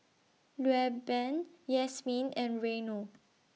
Rueben Yasmine and Reino